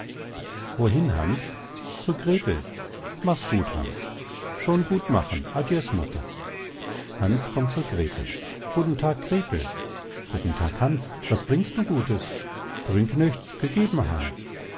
wohin hans zur grethel machs gut hans schon gut machen adies mutter hans kommt zur grethel guten tag grethel guten tag hans was bringst du gutes bring nichts gegeben han